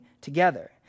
together